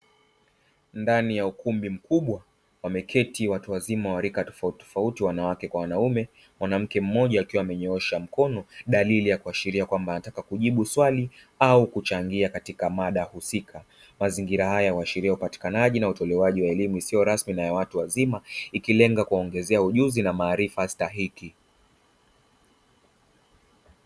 Ndani ya ukumbi mkubwa wameketi watu wazima wa rika tofauti, wanawake na wanaume, wamesimama au wameketi. Mwanamke mmoja amenyosha mkono, akionyesha alitaka kujibu swali au kuchangia katika mada inayojadiliwa. Mazingira haya yanaashiria upatikanaji na utolewaji wa elimu isiyo rasmi ya watu wazima, ikilenga kuongeza ujuzi na maarifa stahiki.